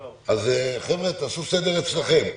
חבר'ה, תעשו סדר אצלכם.